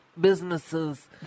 businesses